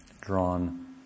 drawn